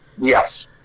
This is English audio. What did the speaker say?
Yes